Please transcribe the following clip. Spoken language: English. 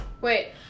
Wait